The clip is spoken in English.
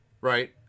Right